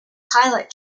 pilot